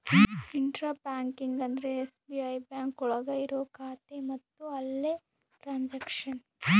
intra banking ಅಂದ್ರೆ SBI bank ಒಳಗ ಇರೋ ಖಾತೆ ಮತ್ತು ಅಲ್ಲೇ ಟ್ರನ್ಸ್ಯಾಕ್ಷನ್